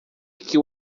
que